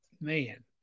Man